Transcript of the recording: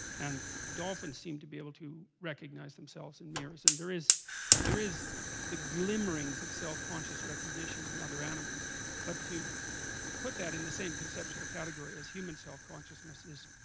and dolphins seem to be able to recognize themselves in mirrors and there is so there is the glimmerings of self conscious recognition in other animals but to put that in the same conceptual category as human, self-consciousness is